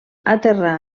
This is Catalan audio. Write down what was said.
aterrar